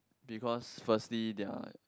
because firstly they're